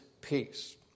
peace